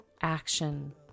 action